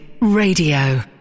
Radio